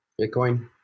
Bitcoin